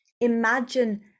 Imagine